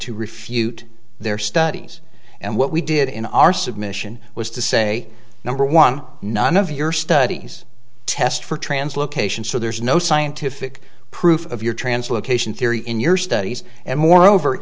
to refute their studies and what we did in our submission was to say number one none of your studies test for translocation so there's no scientific proof of your translocation theory in your studies and moreover